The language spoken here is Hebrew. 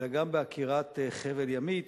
אלא גם בעקירת חבל-ימית,